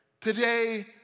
Today